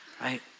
right